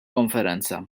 konferenza